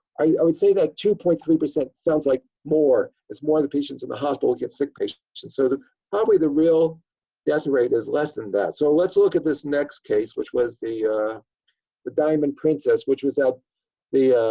i would say that two point three percent sounds like more. it's more the patients in the hospital get sick patients. so and sort of probably the real death rate is less than that. so let's look at this next case which was the the diamond princess which was the